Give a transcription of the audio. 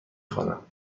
خوانم